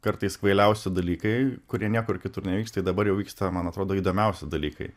kartais kvailiausi dalykai kurie niekur kitur nevyksta tai dabar jau vyksta man atrodo įdomiausi dalykai